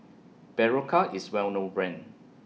Berocca IS Well known Brand